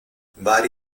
vari